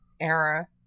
era